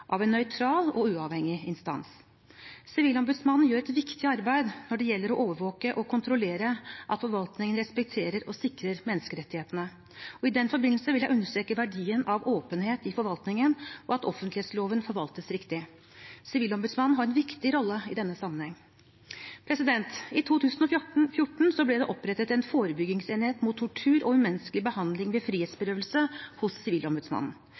av et forvaltningsvedtak av en nøytral og uavhengig instans. Sivilombudsmannen gjør et viktig arbeid når det gjelder å overvåke og kontrollere at forvaltningen respekterer og sikrer menneskerettighetene. I den forbindelse vil jeg understreke verdien av åpenhet i forvaltningen og at offentlighetsloven forvaltes riktig. Sivilombudsmannen har en viktig rolle i denne sammenheng. I 2014 ble det hos Sivilombudsmannen opprettet en forebyggingsenhet mot tortur og umenneskelig behandling ved